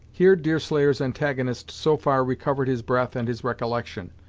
here deerslayer's antagonist so far recovered his breath and his recollection,